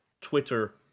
twitter